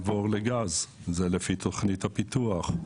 זה לפי תכנית הפיתוח.